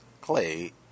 clay